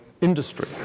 industry